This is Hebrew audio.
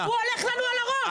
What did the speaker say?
הולך לנו על הראש, הח"כיות.